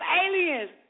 aliens